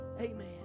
Amen